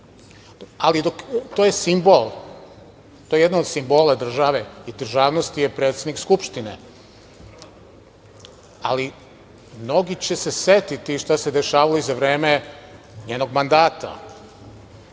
ali to je simbol, to je jedan od simbola države i državnosti, predsednik Skupštine, ali, mnogi će se setiti i šta se dešavalo i za vreme njenog mandata. Ne